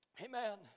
Amen